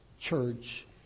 church